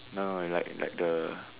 no like like the